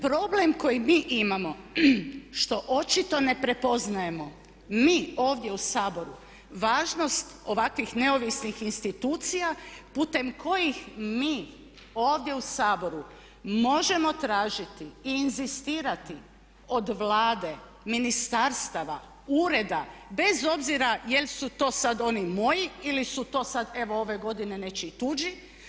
Problem koji mi imamo što očito ne prepoznajemo mi ovdje u Saboru važnost ovakvih neovisnih institucija putem kojih mi ovdje u Saboru možemo tražiti i inzistirati od Vlade, ministarstava, ureda bez obzira jesu to sad oni moji ili su to sad evo ove godine nečiji tuđi.